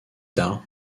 tard